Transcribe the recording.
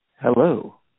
Hello